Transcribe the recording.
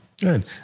Good